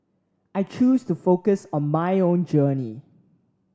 I choose to focus on my own journey